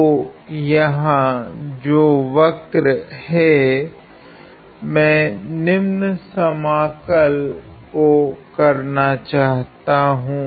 तो यहाँ जो वक्र है मैं निम्न समाकल को करना चाहता हूँ